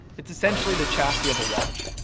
it's essentially the chassis of a watch.